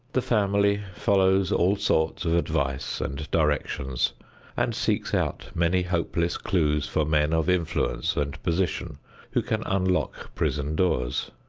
the family follows all sorts of advice and directions and seeks out many hopeless clews for men of influence and position who can unlock prison doors.